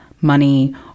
money